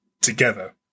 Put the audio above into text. together